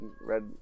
Red